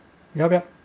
yup yup